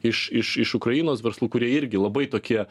iš iš iš ukrainos verslų kurie irgi labai tokie